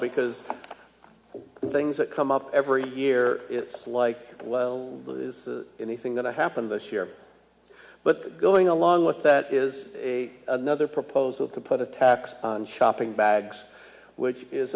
because things that come up every year it's like anything that happened this year but going along with that is a another proposal to put a tax on shopping bags which is